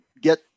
get